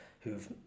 who've